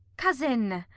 cousin,